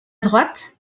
droite